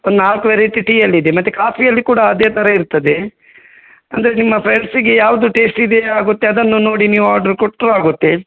ಒಂದು ನಾಲ್ಕು ವೆರೈಟಿ ಟೀಯಲ್ಲಿದೆ ಮತ್ತೆ ಕಾಫಿಯಲ್ಲಿ ಕೂಡ ಅದೇ ಥರ ಇರ್ತದೆ ಅಂದರೆ ನಿಮ್ಮ ಫ್ರೆಂಡ್ಸಿಗೆ ಯಾವುದು ಟೇಸ್ಟ್ ಇದೆ ಆಗುತ್ತೆ ಅದನ್ನು ನೋಡಿ ನೀವು ಆರ್ಡ್ರು ಕೊಟ್ಟರು ಆಗುತ್ತೆ